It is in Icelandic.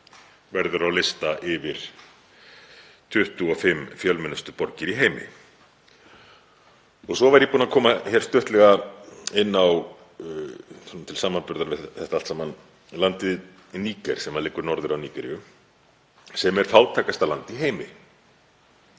verður á lista yfir 25 fjölmennustu borgir í heimi. Svo var ég búinn að koma stuttlega inn á, svona til samanburðar við þetta allt saman, landið Níger sem liggur norður af Nígeríu. Það er fátækasta land í heimi,